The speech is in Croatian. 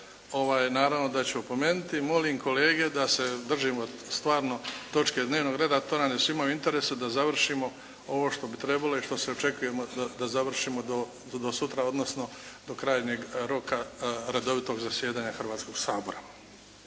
naravno da ću opomenuti. Molim kolege da se držimo stvarno točke dnevnog reda, to nam je svima u interesu da završimo ovo što bi trebali i što se očekuje od nas da završimo do sutra, odnosno do krajnjeg roka redovitog zasjedanja Hrvatskog sabora.